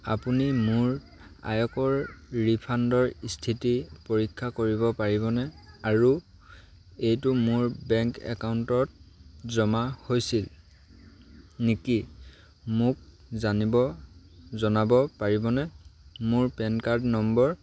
আপুনি মোৰ আয়কৰ ৰিফাণ্ডৰ স্থিতি পৰীক্ষা কৰিব পাৰিবনে আৰু এইটো মোৰ বেংক একাউণ্টত জমা হৈছিল নেকি মোক জানিব জনাব পাৰিবনে মোৰ পেন কাৰ্ড নম্বৰ